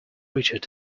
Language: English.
richard